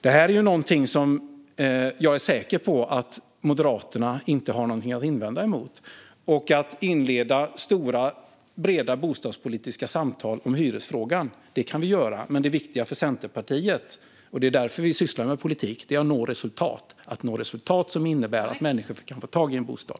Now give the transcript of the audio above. Detta är någonting som jag är säker på att Moderaterna inte har något att invända mot. Vi kan inleda stora, breda bostadspolitiska samtal om hyresfrågan, men det viktiga för Centerpartiet är att nå resultat. Det är därför vi sysslar med politik. Det är att nå resultat som innebär att människor kan få tag i en bostad.